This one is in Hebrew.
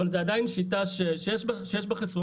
אבל זאת עדיין שיטה שיש בה חסרונות,